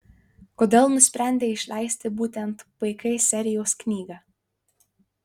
kodėl nusprendei išleisti būtent pk serijos knygą